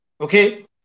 okay